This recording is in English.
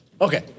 Okay